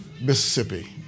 Mississippi